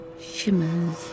shimmers